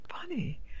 funny